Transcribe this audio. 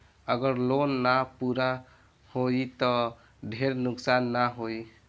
अगर लोन ना पूरा होई त ढेर नुकसान ना होई